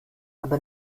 aber